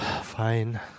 Fine